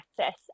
access